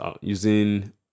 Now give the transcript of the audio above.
using